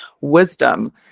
wisdom